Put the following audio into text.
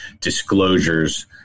disclosures